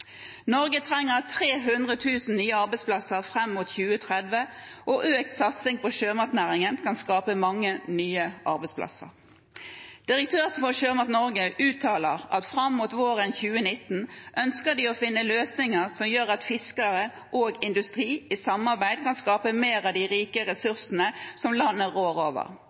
Norge trenger 300 000 nye arbeidsplasser fram mot 2030, og økt satsing på sjømatnæringen kan skape mange nye arbeidsplasser. Direktøren for Sjømat Norge uttaler at fram mot våren 2019 ønsker de å finne løsninger som gjør at fiskere og industri i samarbeid kan skape mer av de rike ressursene som landet rår over.